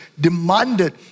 demanded